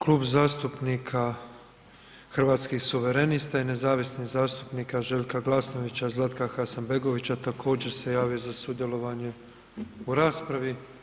Klub zastupnika Hrvatskih suverenista i nezavisnih zastupnika Željka Glasnovića i Zlatka Hasanbegovića također se javio za sudjelovanje u raspravi.